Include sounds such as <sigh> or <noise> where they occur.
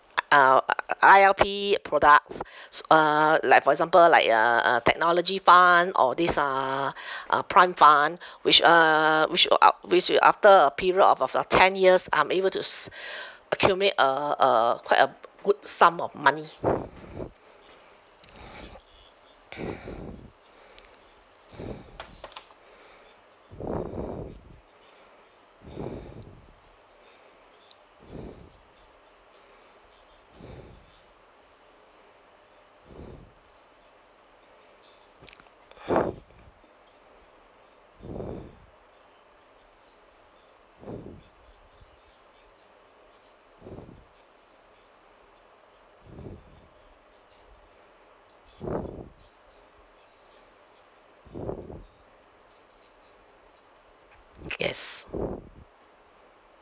uh <noise> I_L_P products s~ uh like for example like uh uh technology fund or this uh uh prime fund which uh which uh out which after a period of of uh ten years I'm able to s~ <breath> accumulate uh uh quite a good sum of money <breath> <noise> <breath> yes